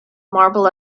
marble